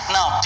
Now